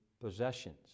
possessions